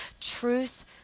Truth